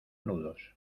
nudos